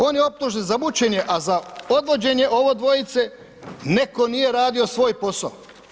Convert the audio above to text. On je optužen za mučenje, a za odvođenje ovo dvojice netko nije radio svoj posao.